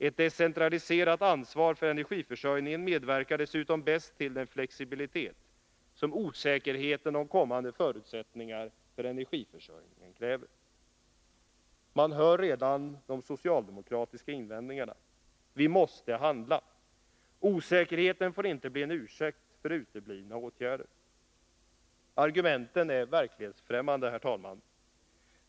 Ett decentraliserat ansvar för energiförsörjningen medverkar dessutom bäst till den flexibilitet som osäkerheten om kommande förutsättningar för energiförsörjningen kräver.” Man hör redan de socialdemokratiska invändningarna. Vi måste handla. Osäkerhet får inte bli en ursäkt för uteblivna åtgärder. Argumenten är verklighetsfrämmande, herr talman.